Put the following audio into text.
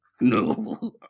No